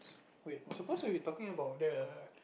wait supposed when we talking about that ah